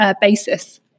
basis